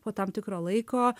po tam tikro laiko